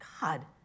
God